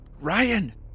Ryan